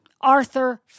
Arthur